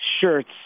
shirts